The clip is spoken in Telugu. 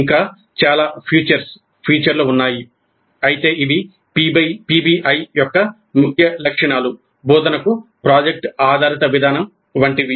ఇంకా చాలా ఫీచర్లు ఉన్నాయి అయితే ఇవి పిబిఐ యొక్క ముఖ్య లక్షణాలు బోధనకు ప్రాజెక్ట్ ఆధారిత విధానం వంటివి